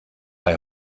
bei